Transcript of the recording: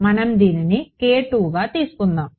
మనం దీనిని గా తీసుకుందాం